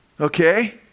Okay